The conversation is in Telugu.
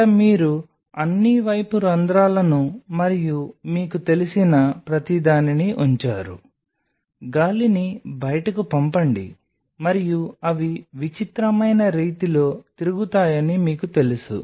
అక్కడ మీరు అన్ని పైపు రంధ్రాలను మరియు మీకు తెలిసిన ప్రతిదానిని ఉంచారు గాలిని బయటకు పంపండి మరియు అవి విచిత్రమైన రీతిలో తిరుగుతాయని మీకు తెలుసు